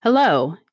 Hello